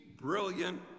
brilliant